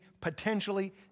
potentially